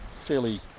fairly